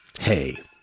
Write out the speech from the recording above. Hey